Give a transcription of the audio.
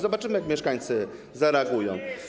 Zobaczymy, jak mieszkańcy zareagują.